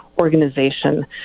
organization